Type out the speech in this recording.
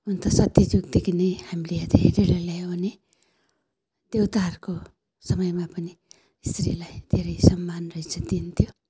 हुनु त सत्य जुगदेखि नै हामीले हेरेर ल्यायौँ भने देवताहरूको समयमा पनि स्त्रीलाई धेरै सम्मान र इज्जत दिन्थ्यो